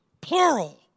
Plural